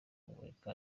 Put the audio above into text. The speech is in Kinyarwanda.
kumurika